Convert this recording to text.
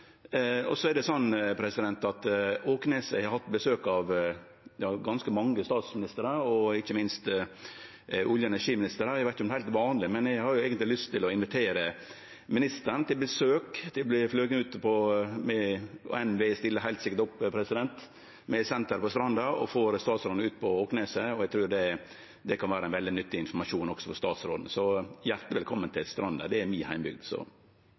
har hatt besøk av ganske mange statsministrar og ikkje minst olje- og energiministrar. Eg veit ikkje om det er heilt vanleg, men eg har lyst til å invitere ministeren på besøk, til å verte floge ut. NVE, med senter på Stranda, stiller heilt sikkert opp og får statsråden ut på Åkneset. Eg trur det kan vere ein veldig nyttig informasjon, også for statsråden. Så hjarteleg velkommen til Stranda. Det er mi heimbygd.